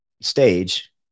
stage